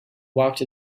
walked